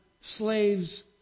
slaves